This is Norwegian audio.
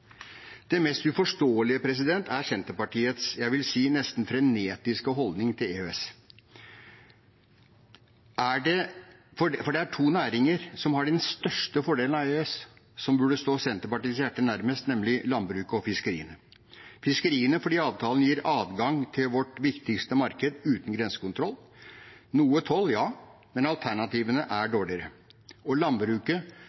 Det mest uforståelige er Senterpartiets, jeg vil si, nesten frenetiske holdning til EØS. For det er to næringer som har den største fordelen av EØS, som burde stå Senterpartiets hjerte nærmest, nemlig landbruket og fiskeriene: fiskeriene fordi avtalen gir adgang til vårt viktigste marked uten grensekontroll – noe toll er det, men alternativene er